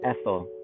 Ethel